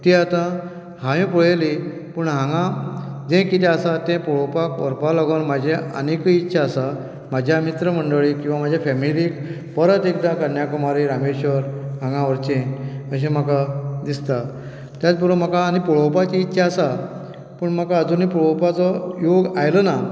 ती आतां हांवें पळयली पूण हांगां जें कितें आसा तें पळोवपाक व्हरपाक लागून म्हाजी आनिकूय इत्सा आसा म्हज्या मित्र मंडळीक किंवा म्हाज्या फेमिलीक परत एकदां कन्याकुमारी रामेश्वर हांगां व्हरचें अशें म्हाका दिसता त्याच बरोबर म्हाका आनीक पळोवपाची इत्सा आसा पूण म्हाका आजुनूय पळोवपाचो योग आयलो ना